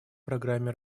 программе